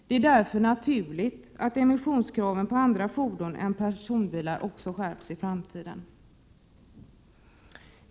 Därför är det naturligt att emissionskraven på andra fordon än personbilar skärps i framtiden.